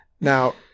Now